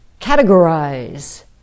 categorize